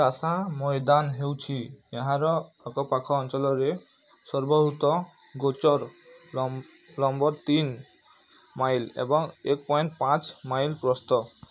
ଟାସା ମଇଦାନ ହେଉଛି ଏହାର ଆଖପାଖ ଅଞ୍ଚଲରେ ସର୍ବହୃତ ଗୋଚର ଲମ୍ବ ତିନି ମାଇଲ୍ ଏବଂ ଏକ ପଏଣ୍ଟ ପାଞ୍ଚ ମାଇଲ୍ ପ୍ରସ୍ଥ